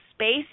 space